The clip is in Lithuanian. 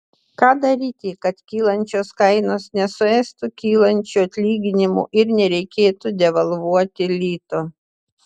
ką daryti kad kylančios kainos nesuėstų kylančių atlyginimų ir nereikėtų devalvuoti lito